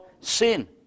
sin